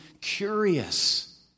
curious